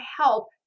help